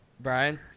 Brian